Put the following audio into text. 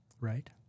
right